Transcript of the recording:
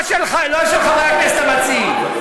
לא של חברי הכנסת המציעים.